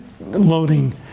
loading